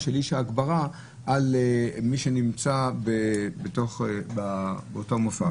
של איש ההגברה על מי שנמצא באותו מופע.